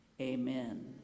Amen